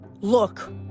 Look